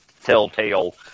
telltale